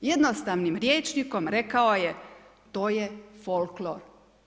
Jednostavnim rječnikom rekao je to je folklor.